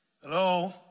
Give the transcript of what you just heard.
Hello